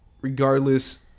regardless